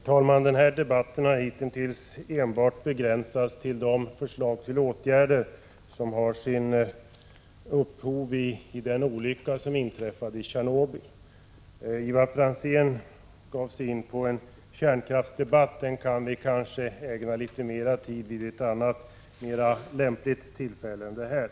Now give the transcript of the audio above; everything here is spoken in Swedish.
Herr talman! Betänkandet gäller förslag till åtgärder som har sitt upphov i den olycka som inträffade i Tjernobyl. Ivar Franzén gav sig in på en kärnkraftsdebatt, men den kanske vi kan ägna litet mera tid vid ett annat, mera lämpligt tillfälle än det här.